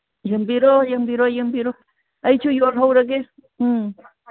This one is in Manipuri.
ꯌꯦꯡꯕꯤꯔꯣ ꯌꯦꯡꯕꯤꯔꯣ ꯌꯦꯡꯕꯤꯔꯣ ꯑꯩꯁꯨ ꯌꯣꯜꯍꯧꯔꯒꯦ ꯎꯝ